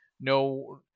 no